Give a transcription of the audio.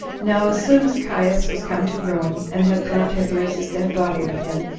now, as soon as caius was come to rome, and had brought tiberius's dead body with him,